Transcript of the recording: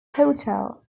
hotel